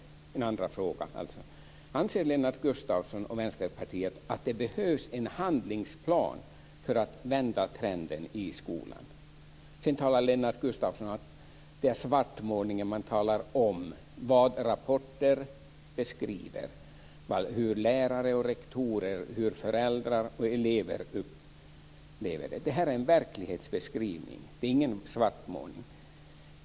Min andra fråga är: Anser Lennart Gustavsson och Vänsterpartiet att det behövs en handlingsplan för att vända trenden i skolan? Lennart Gustavsson talar vidare om svartmålning när man talar om beskrivningar i rapporter av hur lärare och rektorer, föräldrar och elever upplever läget. Det är verklighetsbeskrivningar, ingen svartmålning.